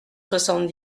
soixante